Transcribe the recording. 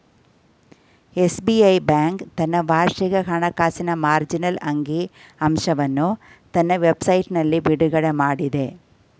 SBI bank ತನ್ನ ವಾರ್ಷಿಕ ಹಣಕಾಸಿನ ಮಾರ್ಜಿನಲ್ ಅಂಕಿ ಅಂಶವನ್ನು ತನ್ನ ವೆಬ್ ಸೈಟ್ನಲ್ಲಿ ಬಿಡುಗಡೆಮಾಡಿದೆ